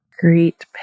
great